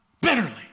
bitterly